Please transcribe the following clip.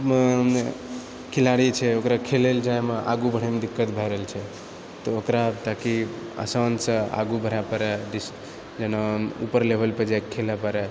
खिलाड़ी छै ओकरा खेलै लए जाहिमे आगु बढ़एमे दिक्कत भए रहल छै तऽ ओकरा ताकि आसानसँ आगु बढ़ै पड़ै दिश जेना उपर लेवल पर जाकऽ खेलैत पड़ै